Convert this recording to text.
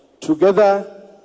together